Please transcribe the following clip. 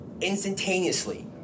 instantaneously